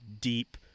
deep